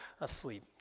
asleep